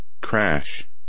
crash